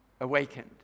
awakened